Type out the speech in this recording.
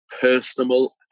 personal